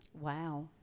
Wow